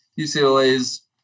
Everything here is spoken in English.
UCLA's